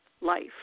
life